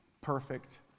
perfect